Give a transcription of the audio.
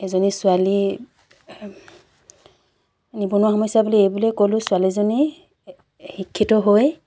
এজনী ছোৱালী নিবনুৱা সমস্যা বুলি এইবুলিয়ে ক'লোঁ ছোৱালীজনী শিক্ষিত হৈ